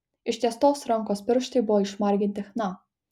ištiestos rankos pirštai buvo išmarginti chna